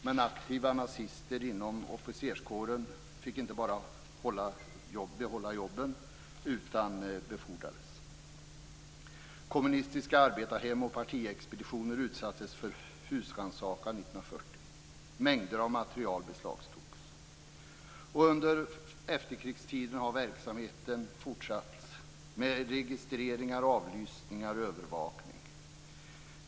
Men aktiva nazister inom officerskåren fick inte bara behålla jobben utan befordrades. Kommunistiska arbetarhem och partiexpeditioner utsattes för husrannsakan 1940. Mängder av material beslagtogs. Under efterkrigstiden har verksamheten fortsatt med registrering, avlyssning och övervakning.